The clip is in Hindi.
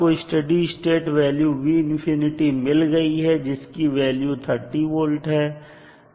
तो अब आपको स्टडी स्टेट वैल्यू मिल गई है जिसकी वैल्यू 30 volt है